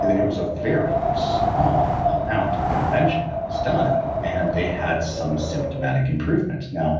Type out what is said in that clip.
there was a very small amount of intervention that was done. and they had some symptomatic improvement now,